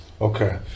Okay